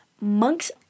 Monk's